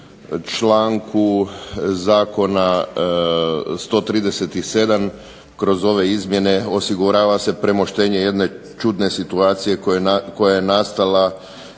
članku zakona 137. kroz ove izmjene osigurava se premoštenje jedne čudne situacije koja je nastala